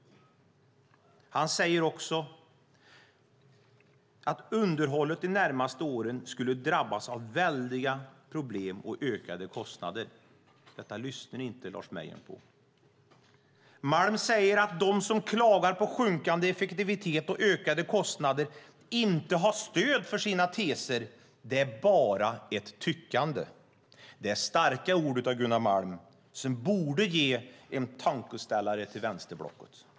Gunnar Malm säger också att underhållet de närmaste åren skulle drabbas av väldiga problem och ökade kostnader. Detta lyssnar inte Lars Mejern Larsson på. Malm säger att de som klagar på sjunkande effektivitet och ökade kostnader inte har stöd för sina teser utan att det bara är tyckande. Det är starka ord av Gunnar Malm som borde ge vänsterblocket en tankeställare.